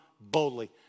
boldly